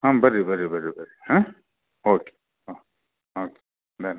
ಹಾಂ ಬನ್ರಿ ಬನ್ರಿ ಬನ್ರಿ ಬನ್ರಿ ಹಾಂ ಓಕೆ ಹಾಂ ಓಕೆ ಡನ್